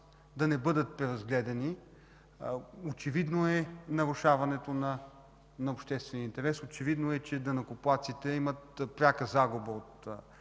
да не бъдат разгледани. Очевидно е нарушаването на обществения интерес, очевидно е, че данъкоплатците имат пряка загуба от